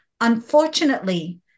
Unfortunately